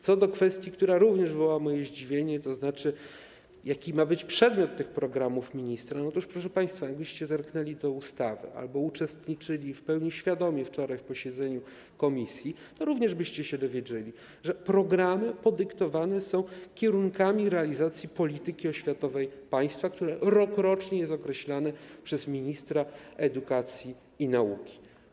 Co do kwestii, która również wywołała moje zdziwienie, tzn. jaki ma być przedmiot tych programów ministra, to, proszę państwa, jakbyście zerknęli do ustawy albo uczestniczyli w pełni świadomie wczoraj w posiedzeniu komisji, to byście się dowiedzieli, że programy podyktowane są kierunkami realizacji polityki oświatowej państwa, które rokrocznie są określane przez ministra edukacji i nauki.